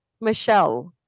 Michelle